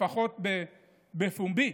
לפחות בפומבי,